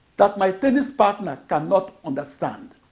that my tennis partner cannot understand.